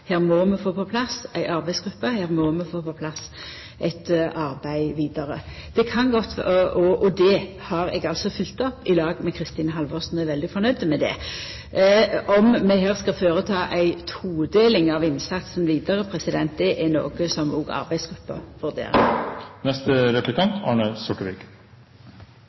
her må vi få på plass ei arbeidsgruppe, her må vi få på plass eit arbeid vidare. Og det har eg følgt opp, i lag med Kristin Halvorsen, og er veldig fornøgd med det. Om vi skal føreta ei todeling av innsatsen vidare, er noko som òg arbeidsgruppa